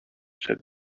said